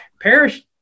Parish